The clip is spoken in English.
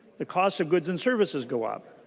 the cost of goods and services go up.